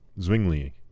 Zwingli